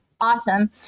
Awesome